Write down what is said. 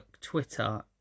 twitter